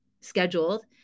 scheduled